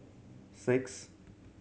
six